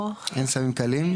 אין סמים קלים,